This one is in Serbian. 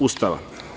Ustava.